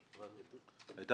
אבל